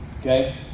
okay